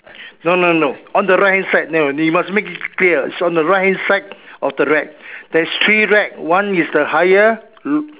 no no no on the right hand side no you must make it clear it's on the right hand side of the rack there's three rack one is the higher l~